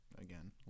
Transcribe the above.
Again